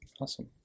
Awesome